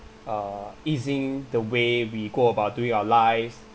uh easing the way we go about doing our lives